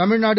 Tamil Nadu